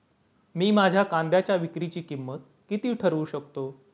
मी माझ्या कांद्यांच्या विक्रीची किंमत किती ठरवू शकतो?